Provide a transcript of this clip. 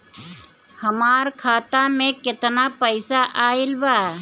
हमार खाता मे केतना पईसा आइल बा?